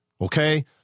Okay